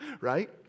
Right